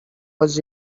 was